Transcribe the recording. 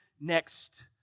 next